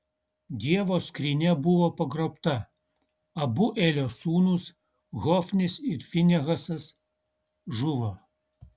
dievo skrynia buvo pagrobta abu elio sūnūs hofnis ir finehasas žuvo